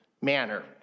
manner